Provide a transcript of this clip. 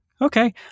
okay